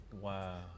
wow